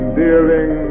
dealing